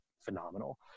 phenomenal